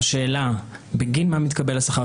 השאלה בגין מה מתקבל השכר,